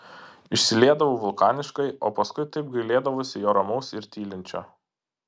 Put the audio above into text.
išsiliedavau vulkaniškai o paskui taip gailėdavausi jo ramaus ir tylinčio